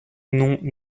noms